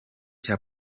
cya